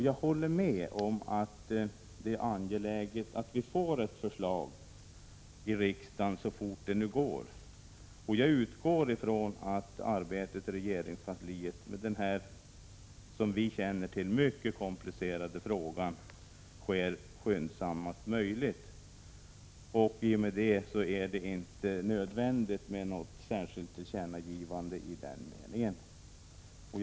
Jag håller med om att det är angeläget att vi får ett förslag till riksdagen så fort det går. Jag utgår ifrån att arbetet i regeringskansliet med denna mycket komplicerade fråga sker skyndsammast möjligt. I och med detta är det inte nödvändigt med något särskilt tillkännagivande i den meningen.